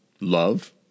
love